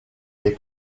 dei